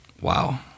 wow